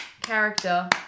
character